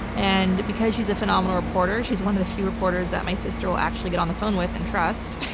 and because she's a phenomenal reporter, she's one of the few reporters that my sister will actually get on the phone with and trust.